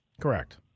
Correct